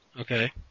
Okay